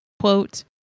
Quote